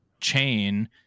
chain